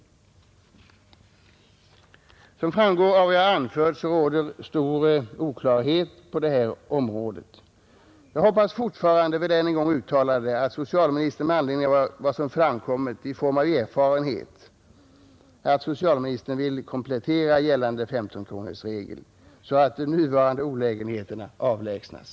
Såsom framgår av vad jag anfört råder stor oklarhet på detta område. Jag vill än en gång uttala att jag fortfarande hoppas att socialministern med anledning av vunna erfarenheter vill komplettera gällande femtonkronorsregel, så att de nuvarande olägenheterna avlägsnas.